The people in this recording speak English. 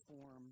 form